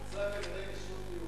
כשרות מיוחדת.